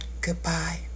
goodbye